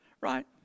Right